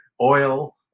oil